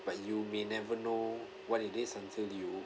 but you may never know what it is until you